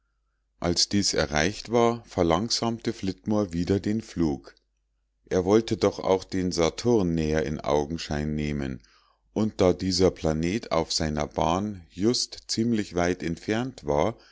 als dies erreicht war verlangsamte flitmore wieder den flug er wollte doch auch den saturn näher in augenschein nehmen und da dieser planet auf seiner bahn just ziemlich weit entfernt war